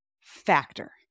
factor